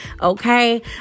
Okay